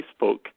Facebook